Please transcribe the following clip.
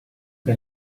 que